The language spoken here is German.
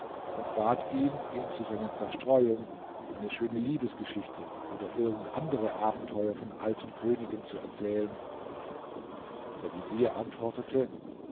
und bat ihn ihm zu seiner zerstreuung eine schöne liebesgeschichte oder irgend andere abenteuer von alten königen zu erzählen der vezier antwortete